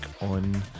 on